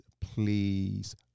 please